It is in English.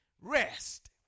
rest